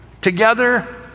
Together